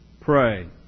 Pray